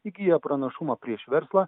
įgyja pranašumą prieš verslą